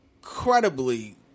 incredibly